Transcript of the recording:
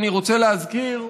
אני רוצה להזכיר,